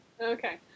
Okay